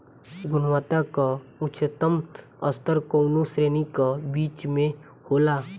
गुणवत्ता क उच्चतम स्तर कउना श्रेणी क बीज मे होला?